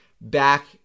back